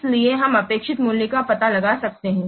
इसलिए हम अपेक्षित मूल्य का पता लगा सकते हैं